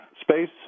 space